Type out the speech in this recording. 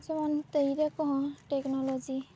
ᱡᱮᱢᱚᱱ ᱛᱤᱨᱭᱟᱹ ᱠᱚᱦᱚᱸ ᱴᱮᱠᱱᱳᱞᱳᱡᱤ